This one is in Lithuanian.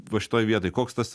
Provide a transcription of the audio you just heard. va šitoj vietoj koks tas